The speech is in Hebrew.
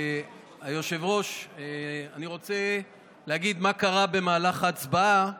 היושב-ראש, אני רוצה להגיד מה קרה במהלך ההצבעה.